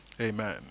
Amen